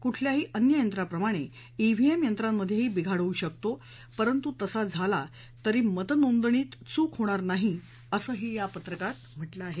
कुठल्याही अन्य यंत्राप्रमाणे व्हीएम यंत्रामध्येही बिघाड होऊ शकतो परंतु तसं झालं तर मतनोंदणीत चूक होणार नाही असंही या पत्रकात म्हटलं आहे